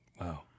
Wow